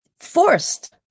forced